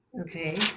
okay